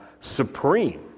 supreme